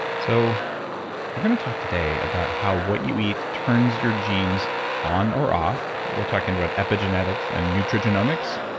so we're going to talk today about how what you eat turns your genes on or off we're talking about epigenetics and nutrigenomics,